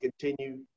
continue